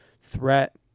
threat